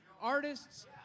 Artists